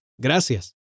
gracias